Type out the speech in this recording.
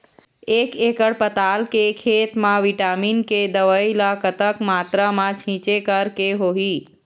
एक एकड़ पताल के खेत मा विटामिन के दवई ला कतक मात्रा मा छीचें करके होही?